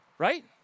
Right